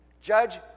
judge